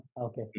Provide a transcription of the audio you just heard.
Okay